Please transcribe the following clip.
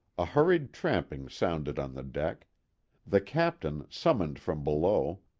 a hurried tramping sounded on the deck the captain, summoned from below,